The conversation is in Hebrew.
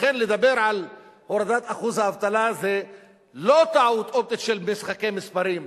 לכן לדבר על הורדת אחוז האבטלה זה לא טעות אופטית של משחקי מספרים,